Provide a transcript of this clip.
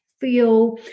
feel